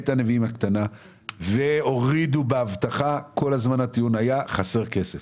את הנביאים הקטנה והורידו באבטחה כל הזמן הטיעון היה שחסר כסף.